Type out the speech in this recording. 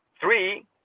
three